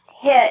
hit